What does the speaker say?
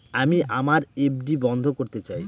আমি আমার এফ.ডি বন্ধ করতে চাই